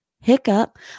Hiccup